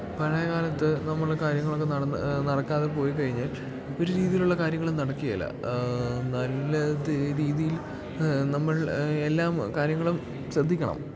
പഴയ കാലത്ത് നമ്മള് കാര്യങ്ങളൊക്കെ നടന്ന് നടക്കാതെ പോയിക്കഴിഞ്ഞ് ഒരു രീതിയിലുള്ള കാര്യങ്ങളും നടക്കുകയില്ല നല്ലതേ രീതിയിൽ നമ്മൾ എല്ലാം കാര്യങ്ങളും ശ്രദ്ധിക്കണം